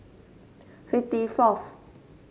fifty fourth